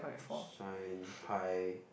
shine pie